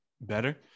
better